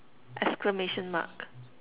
exclamation mark